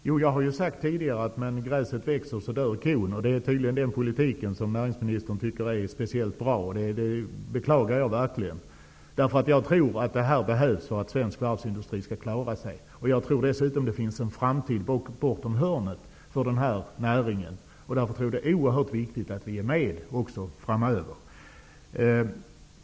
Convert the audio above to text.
Herr talman! Jag har tidigare sagt att medan gräset växer dör kon. Det är tydligen den politik som näringsministern tycker är speciellt bra, och det beklagar jag verkligen. Jag tror att det här behövs för att svensk varvsindustri skall klara sig. Jag tror dessutom att det finns en framtid bortom hörnet för denna näring. Det är därför oerhört viktigt att vi är med också framöver.